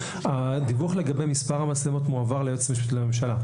הדיווח לגבי מספר המצלמות מועבר ליועץ המשפטי לממשלה.